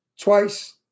twice